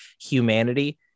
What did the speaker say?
humanity